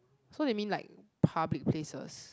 so they mean like public places